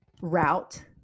route